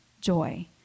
joy